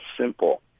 simple